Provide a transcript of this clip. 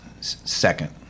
second